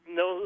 no –